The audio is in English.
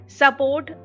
support